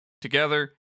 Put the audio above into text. Together